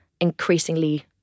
increasingly